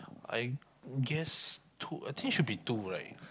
I guess two I think should be two right